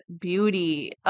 beauty